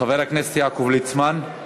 חבר הכנסת יעקב ליצמן,